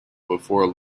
before